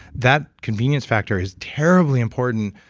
that convenience factor is terribly important.